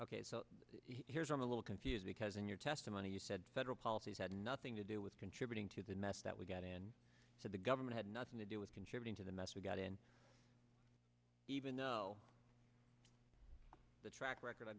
ok so here's a little confused because in your testimony you said federal policies had nothing to do with contributing to the mess that we got and so the government had nothing to do with contributing to the mess we got in even though the track record